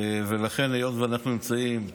היות שאנחנו נמצאים במלחמה,